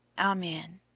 amen.